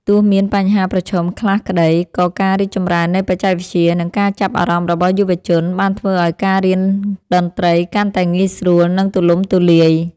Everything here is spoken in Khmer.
ទោះមានបញ្ហាប្រឈមខ្លះក្តី ក៏ការរីកចម្រើននៃបច្ចេកវិទ្យា និងការចាប់អារម្មណ៍របស់យុវជន បានធ្វើឲ្យការរៀនតន្ត្រីកាន់តែងាយស្រួល និងទូលំទូលាយ។